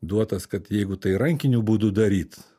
duotas kad jeigu tai rankiniu būdu daryt